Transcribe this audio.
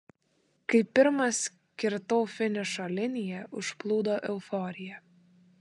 kai pirmas kirtau finišo liniją užplūdo euforija